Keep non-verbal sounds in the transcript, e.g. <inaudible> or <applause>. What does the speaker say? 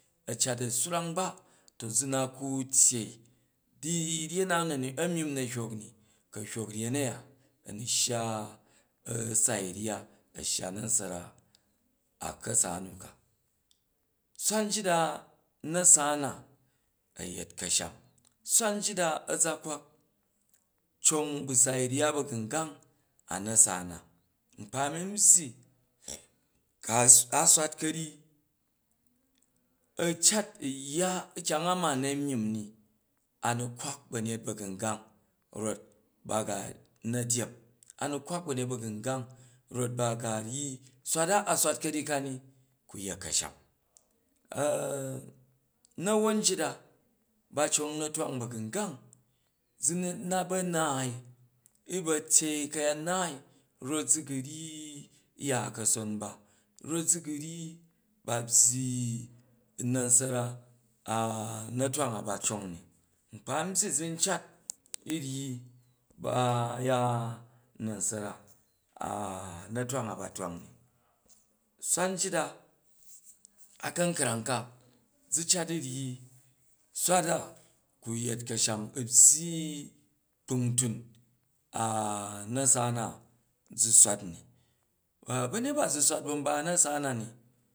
A cat a swrang ba to zuna ku̱ tyyei du ryen na a myimm na hyok ni ku a̱ hyok ryen a̱ya a̱ nu shya sai ryya a̱ shya nasara a ka̱sa nuka bwat ryit da u na̱sa na a yet kasham swat ryit a a za kwak cong ba sai ryya ba̱gungang a nasa na, nkpa mi n byyi a, a swat ka̱yyi a̱ cat u̱ yya kyong a ma na myimm ni a nu kwak ba̱nyet ba̱gungang rot baga na dyep, a nu kwak ba̱nyet ba̱gungang rot ba ryyi swat da a swat ka̱ryyi ka ni ku yet ka̱sham <hesitation> na̱wan nyit ba cong na̱twang ba̱gangang zu na ba̱ hyyi naai, u ba̱ tyei ka̱yat naai rot zu ga ryyi ya kason ba rot zu ga ryyi ba byyi naswa <hesitation> na̱twang a ba cong i, nkpa na byyi zu n cat u̱ ryyi ba <hesitation> ya nasara <hesitation> na̱twang a ba twang i, swat njit da a kunkrang ka, zu cat u ryyi swat a ku yet ka̱sham u̱ byyi kpung tun <hesitation> na̱sa na zu swatni ba̱nyet ba zu bwat ban ba u̱ na̱sa na ni